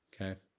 Okay